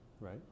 right